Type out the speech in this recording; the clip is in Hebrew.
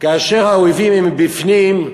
כאשר האויבים הם מבפנים,